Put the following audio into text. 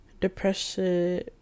depression